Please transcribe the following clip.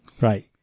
Right